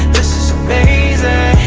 this is amazing